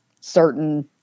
certain